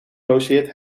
logeert